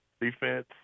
defense